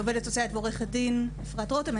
אני עובדת סוציאלית ועו"ד אפרת רותם,